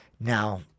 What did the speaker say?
now